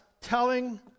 telling